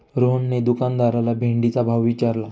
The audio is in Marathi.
रोहनने दुकानदाराला भेंडीचा भाव विचारला